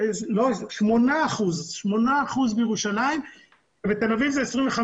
שמונה אחוזים בירושלים כאשר בתל אביב אלה 25